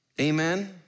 Amen